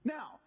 Now